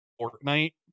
Fortnite